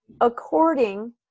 according